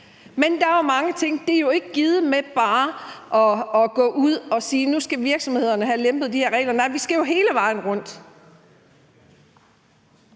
Men der er jo mange ting. Det er jo ikke givet med bare at gå ud at sige: Nu skal virksomhederne have lempet de her regler. Nej, vi skal hele vejen rundt.